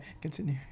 continue